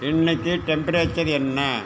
இன்றைக்கு டெம்பரேச்சர் என்ன